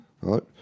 Right